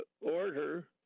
order